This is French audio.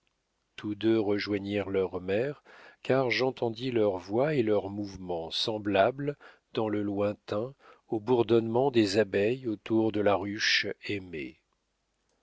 tous deux rejoignirent leur mère car j'entendis leurs voix et leurs mouvements semblables dans le lointain aux bourdonnements des abeilles autour de la ruche aimée